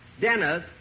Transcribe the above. Dennis